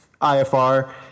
IFR